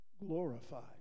glorified